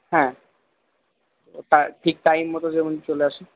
হ্যাঁ ওটা ঠিক টাইম মত যেমন চলে আসে